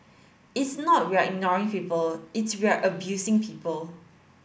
it's not we're ignoring people it's we're abusing people